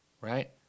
right